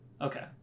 Okay